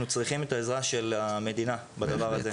צריכים את העזרה של המדינה בדבר הזה.